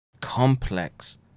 complex